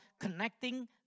Connecting